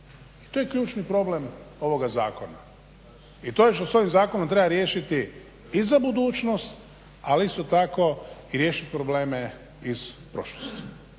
I to je ključni problem ovoga zakona i to je što se ovim zakonom treba riješiti i za budućnost, ali isto tako i riješit probleme iz prošlosti.